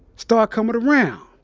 start coming around.